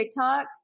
TikToks